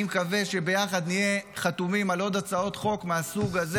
אני מקווה שביחד נהיה חתומים על עוד הצעות חוק מהסוג הזה,